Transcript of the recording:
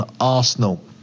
Arsenal